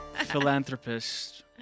philanthropist